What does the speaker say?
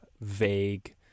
vague